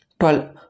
12